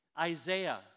Isaiah